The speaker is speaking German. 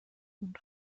und